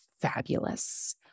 fabulous